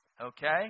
okay